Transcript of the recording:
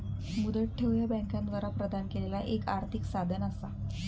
मुदत ठेव ह्या बँकांद्वारा प्रदान केलेला एक आर्थिक साधन असा